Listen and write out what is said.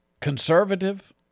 Conservative